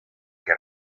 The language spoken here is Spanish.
que